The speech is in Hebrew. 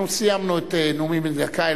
אנחנו סיימנו את הנאומים בני דקה,